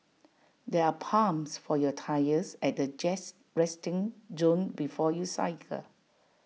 there are pumps for your tyres at the jest resting zone before you cycle